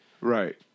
Right